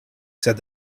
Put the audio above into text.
said